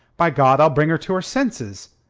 by god, i'll bring her to her senses.